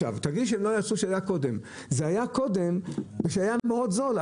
זה היה קודם כשהיה מאוד זול,